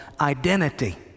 identity